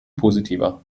positiver